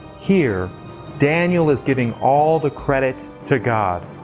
here daniel is giving all the credit to god.